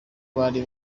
bari